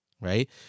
right